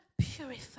Purify